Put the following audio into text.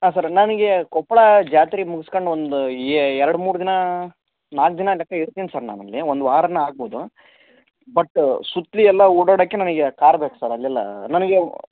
ಹಾಂ ಸರ್ ನನಗೆ ಕೊಪ್ಪಳ ಜಾತ್ರೆ ಮುಗ್ಸ್ಕಂಡು ಒಂದು ಎರಡು ಮೂರು ದಿನ ನಾಲ್ಕು ದಿನ ಲೆಕ್ಕ ಇರ್ತೀನಿ ಸರ್ ನಾನಲ್ಲಿ ಒಂದು ವಾರನು ಅಗ್ಬೋದು ಬಟ್ ಸುತ್ತಲೂ ಎಲ್ಲ ಓಡಾಡೋಕೆ ನನಗೆ ಕಾರ್ ಬೇಕು ಸರ್ ಅಲ್ಲೆಲ್ಲ ನನಗೆ